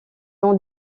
ont